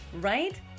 Right